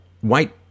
white